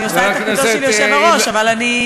אני עושה את תפקידו של היושב-ראש, אבל אני,